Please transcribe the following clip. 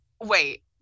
Wait